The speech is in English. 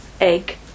egg